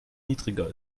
niedriger